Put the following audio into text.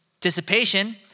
dissipation